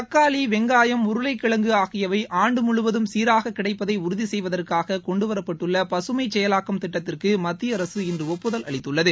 தக்காளி வெங்காயம் உருளைக்கிழங்கு ஆகியவை ஆண்டு முழுவதும் சீராக கிடைப்பதை உறுதி செய்வதற்காக கொண்டுவரப்பட்டுள்ள பசுமை செயலாக்கம் திட்டத்திற்கு மத்திய அரசு இன்று ஒப்புதல் அளித்துள்ளது